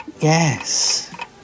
Yes